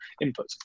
input